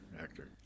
actor